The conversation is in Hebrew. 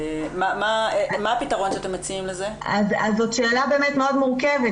זאת שאלה מאוד מורכבת,